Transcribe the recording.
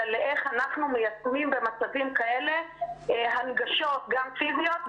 אלא לאיך אנחנו מיישמים במצבים כאלה הנגשות גם פיזיות,